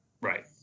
Right